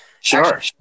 Sure